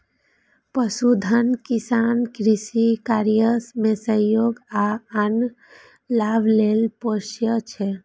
पशुधन किसान कृषि कार्य मे सहयोग आ आन लाभ लेल पोसय छै